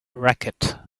racket